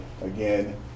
again